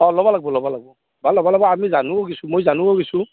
অঁ ল'ব লাগিব ল'ব লাগিব বা ল'ব লাগিব আমি জানো কিছু মই জানোও কিছু